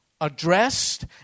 addressed